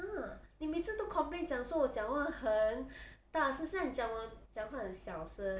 !huh! 你每次都 complain 讲说我讲话很大现在你讲我讲话很小声